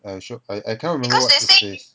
I will show I I cannot remember what it says